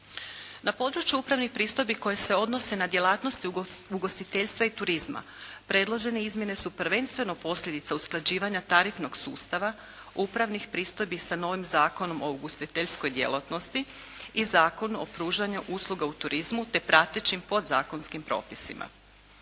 Na području upravnih pristojbi koje se odnose na djelatnosti ugostiteljstva i turizma predložene izmjene su prvenstveno posljedica usklađivanja tarifnog sustava, upravnih pristojbi sa novim Zakonom o ugostiteljskoj djelatnosti i Zakonu o pružanju usluga u turizmu, te pratećim podzakonskim propisima.